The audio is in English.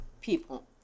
people